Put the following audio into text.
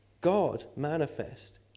God-manifest